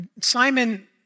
Simon